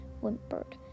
whimpered